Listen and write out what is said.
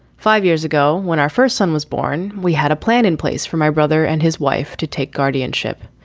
five years ago, when our first son was born, we had a plan in place for my brother and his wife to take guardianship.